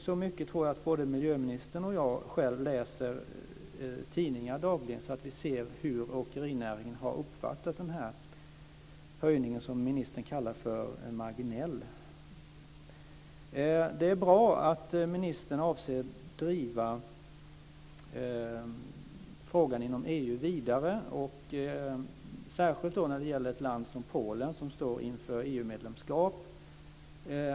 Så mycket tror jag att både miljöministern och jag själv läser i tidningen dagligen att vi ser hur åkerinäringen har uppfattat den höjning som ministern kallar för marginell. Det är bra att ministern avser driva frågan vidare inom EU. Det gäller särskilt eftersom det handlar om ett land som Polen, som står inför EU-medlemskap.